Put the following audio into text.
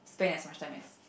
spend as much time as